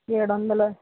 ఏడు వందలు